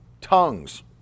tongues